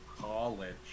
College